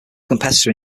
competitor